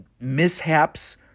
mishaps